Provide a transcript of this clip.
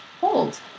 hold